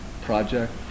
project